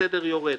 בסדר יורד,